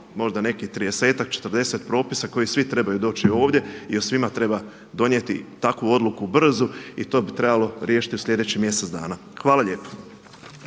četrdeset propisa koji svi trebaju doći ovdje, jer svima treba donijeti takvu odluku brzu i to bi trebalo riješiti u sljedećih mjesec dana. Hvala lijepo.